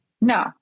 no